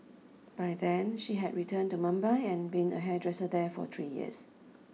by then she had returned to Mumbai and been a hairdresser there for three years